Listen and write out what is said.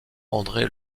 andré